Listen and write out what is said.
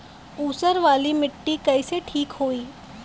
ऊसर वाली मिट्टी कईसे ठीक होई?